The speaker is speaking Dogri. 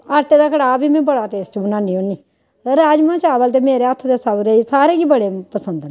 आटे दा कड़ाह् बी मी बड़ा टेस्टी बनान्नी होन्नीं राजमांह् चावल ते मेरे हत्थे दे सभरें सारें गी बड़े पसंद न